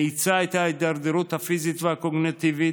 מאיצה את ההידרדרות הפיזית והקוגניטיבית,